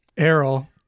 Errol